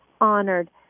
honored